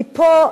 כי פה,